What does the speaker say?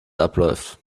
abläuft